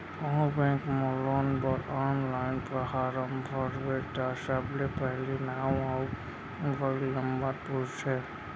कोहूँ बेंक म लोन बर आनलाइन फारम भरबे त सबले पहिली नांव अउ मोबाइल नंबर पूछथे